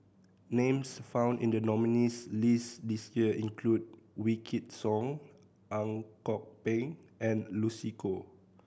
names found in the nominees' list this year include Wykidd Song Ang Kok Peng and Lucy Koh